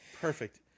Perfect